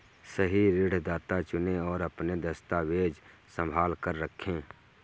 सही ऋणदाता चुनें, और अपने दस्तावेज़ संभाल कर रखें